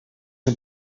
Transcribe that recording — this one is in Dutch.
een